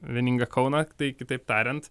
vieningą kauną tai kitaip tariant